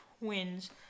wins